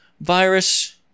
virus